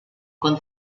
con